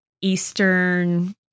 Eastern